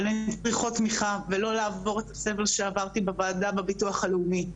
אבל הן צריכות תמיכה ולא לעבור את הסבל שעברתי בוועדה בביטוח הלאומי.